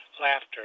laughter